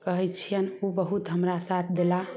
कहय छियनि उ बहुत हमरा साथ देला